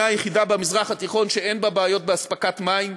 היחידה במזרח התיכון שאין בה בעיות באספקת מים.